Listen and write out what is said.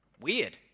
Weird